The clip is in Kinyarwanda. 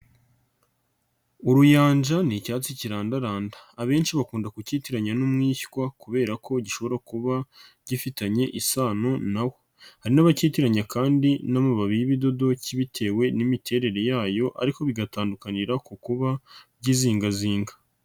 Uruyanja ni icyatsi kirandaranda, abenshi bakunda kukictiranya n'umwishywa kubera ko gishobora kuba gifitanye isano nawo hari n'abakekiranya kandi n'amababi y'ibidodo bitewe n'imiterere yayo ariko bigatandukanira ku kuba byizinga zinga.